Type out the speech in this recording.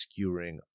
skewing